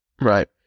Right